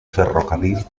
ferrocarril